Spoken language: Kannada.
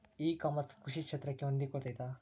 ಇ ಕಾಮರ್ಸ್ ಕೃಷಿ ಕ್ಷೇತ್ರಕ್ಕೆ ಹೊಂದಿಕೊಳ್ತೈತಾ?